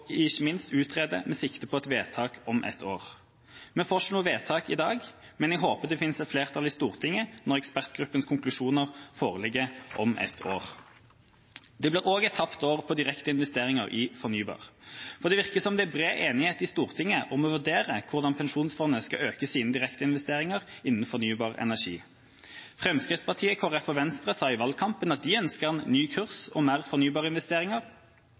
ikke minst utrede med sikte på et vedtak om et år. Vi får ikke noe vedtak i dag, men jeg håper det finnes et flertall i Stortinget når ekspertgruppas konklusjoner foreligger om et år. Det blir òg et tapt år på direkte investeringer i fornybar. For det virker som det er bred enighet i Stortinget om å vurdere hvordan pensjonsfondet kan øke sine direkteinvesteringer innen fornybar energi. Fremskrittspartiet, Kristelig Folkeparti og Venstre sa i valgkampen at de ønsket en ny kurs og mer